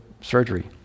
surgery